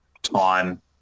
time